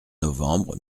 novembre